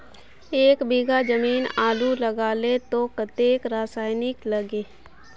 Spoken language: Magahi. एक बीघा जमीन आलू लगाले तो कतेक रासायनिक लगे?